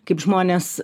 kaip žmonės